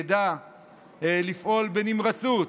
ידע לפעול בנמרצות